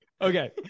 okay